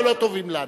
ולא טובים לנו.